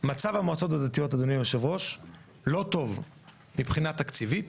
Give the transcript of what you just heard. מצב המועצות המקומיות אדוני יושב הראש לא טוב מבחינה תקציבית.